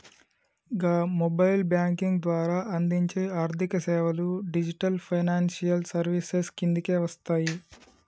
గా mobile banking ద్వారా అందించే ఆర్థికసేవలు డిజిటల్ ఫైనాన్షియల్ సర్వీసెస్ కిందకే వస్తయి